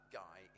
guy